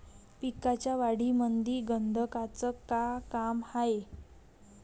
पिकाच्या वाढीमंदी गंधकाचं का काम हाये?